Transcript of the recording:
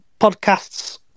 podcasts